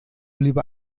lieber